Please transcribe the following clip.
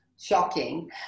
shocking